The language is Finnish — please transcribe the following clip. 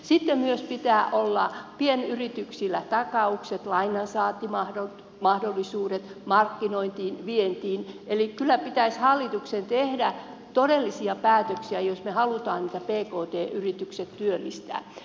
sitten pienyrityksillä pitää myös olla takaukset lainansaantimahdollisuudet markkinointiin vientiin eli kyllä pitäisi hallituksen tehdä todellisia päätöksiä jos me haluamme että pk yritykset työllistävät